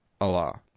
Allah